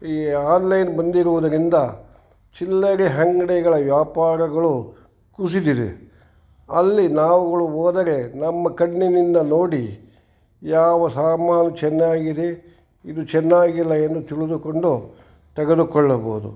ಈ ಆನ್ಲೈನ್ ಬಂದಿರುವುದರಿಂದ ಚಿಲ್ಲರೆ ಅಂಗ್ಡಿಗಳ ವ್ಯಾಪಾರಗಳು ಕುಸಿದಿದೆ ಅಲ್ಲಿ ನಾವುಗಳು ಹೋದರೆ ನಮ್ಮ ಕಣ್ಣಿನಿಂದ ನೋಡಿ ಯಾವ ಸಾಮಾನು ಚೆನ್ನಾಗಿದೆ ಇದು ಚೆನ್ನಾಗಿಲ್ಲ ಎಂದು ತಿಳಿದುಕೊಂಡು ತೆಗೆದುಕೊಳ್ಳಬೋದು